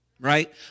right